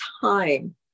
time